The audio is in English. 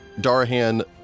Darahan